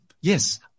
yes